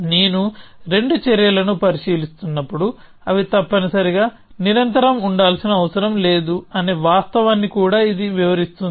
నేను రెండు చర్యలను పరిశీలిస్తున్నప్పుడు అవి తప్పనిసరిగా నిరంతరం ఉండాల్సిన అవసరం లేదు అనే వాస్తవాన్ని కూడా ఇది వివరిస్తుంది